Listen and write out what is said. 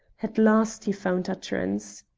at last he found utterance.